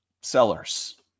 sellers